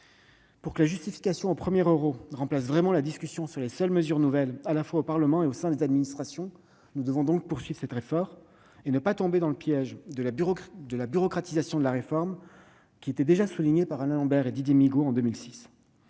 pour que la justification au premier euro remplace vraiment la discussion sur les seules mesures nouvelles, à la fois au Parlement et au sein des administrations. Nous ne devons pas tomber dans le piège de la « bureaucratisation de la réforme » sur laquelle nous alertaient Alain Lambert et Didier Migaud dès 2006.